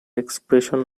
expression